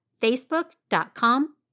facebook.com